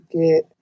get